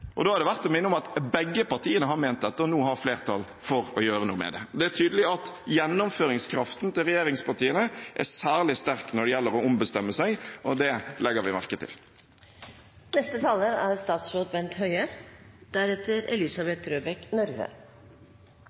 Og det er verdt å minne om at begge partiene har ment dette og nå har flertall for å gjøre noe med det. Det er tydelig at gjennomføringskraften til regjeringspartiene er særlig sterk når det gjelder å ombestemme seg, og det legger vi merke